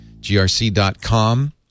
grc.com